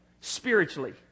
spiritually